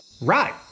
Right